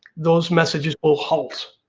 those messages will halt.